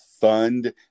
fund